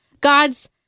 God's